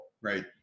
right